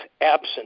absent